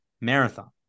marathon